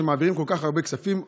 כשמעבירים כל כך הרבה כספים,